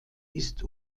ist